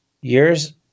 Years